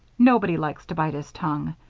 nobody likes to bite his tongue.